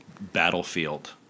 battlefield